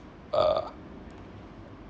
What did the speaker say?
uh